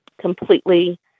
completely